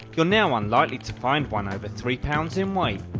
you're now unlikely to find one over three pounds in weight,